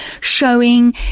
showing